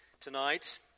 tonight